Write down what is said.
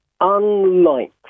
unlikely